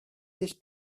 this